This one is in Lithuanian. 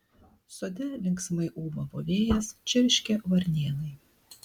sode linksmai ūbavo vėjas čirškė varnėnai